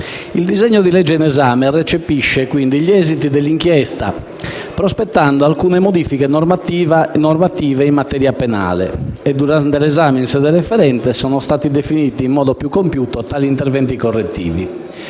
Il disegno di legge in esame recepisce quindi gli esiti dell'inchiesta, prospettando alcune modifiche normative in materia penale. Durante l'esame in sede referente sono stati definiti in modo più compiuto tali interventi correttivi.